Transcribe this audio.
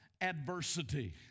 adversity